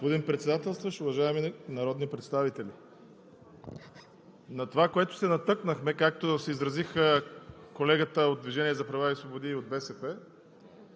Господин Председателстващ, уважаеми народни представители! Това, на което се натъкнахме, както се изразиха колегите от „Движението за права и свободи“ и от БСП,